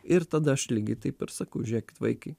ir tada aš lygiai taip ir sakau žėkit vaikai